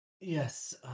Yes